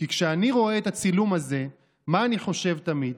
כי כשאני רואה את הצילום הזה, מה אני חושב תמיד?